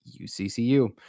UCCU